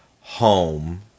home